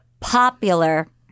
popular